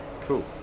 cool